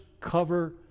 cover